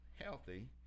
healthy